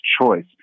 choice